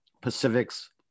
Pacific's